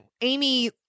Amy